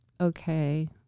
okay